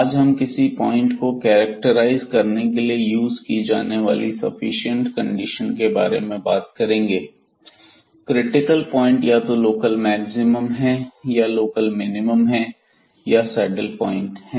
आज हम किसी पॉइंट को कैरक्टराइज करने के लिए यूज की जाने वाली सफिशिएंट कंडीशन के बारे में बात करेंगे क्रिटिकल पॉइंट या तो लोकल मैक्सिमम हैं या लोकल मिनिमम है या सैडल पॉइंट है